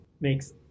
makes